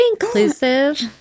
inclusive